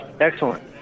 Excellent